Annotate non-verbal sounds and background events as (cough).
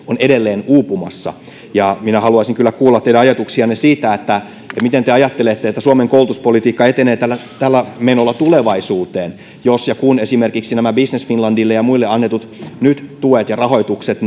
on edelleen uupumassa minä haluaisin kyllä kuulla teidän ajatuksianne siitä miten te ajattelette että suomen koulutuspolitiikka etenee tällä tällä menolla tulevaisuuteen jos ja kun nyt esimerkiksi nämä business finlandille ja muille annetut tuet ja rahoitukset (unintelligible)